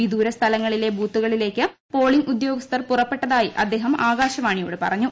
വിദൂര സ്ഥലങ്ങളിലെ ബൂത്തുകളിലേക്ക് പ്ടോളിങ്ങ് ഉദ്യോഗസ്ഥർ പുറപ്പെട്ടതായി അദ്ദേഹം ആകാശവാണിയോട് പറഞ്ഞു